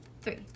Three